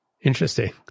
Interesting